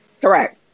Correct